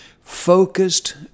focused